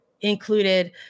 included